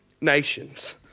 nations